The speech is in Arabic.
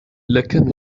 لكم